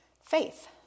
faith